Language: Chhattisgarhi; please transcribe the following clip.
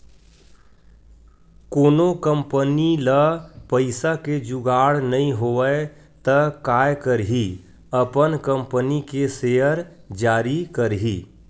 कोनो कंपनी ल पइसा के जुगाड़ नइ होवय त काय करही अपन कंपनी के सेयर जारी करही